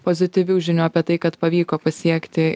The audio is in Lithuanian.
pozityvių žinių apie tai kad pavyko pasiekti